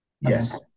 Yes